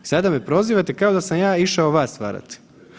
Sada me prozivate kao da sam ja išao vas varati.